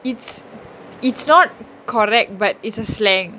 it's it's not correct but it's a slang